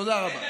תודה רבה.